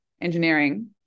engineering